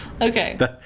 Okay